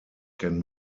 can